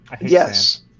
Yes